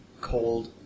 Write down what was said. cold